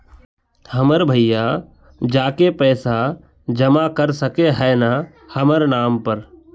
हमर भैया जाके पैसा जमा कर सके है न हमर नाम पर?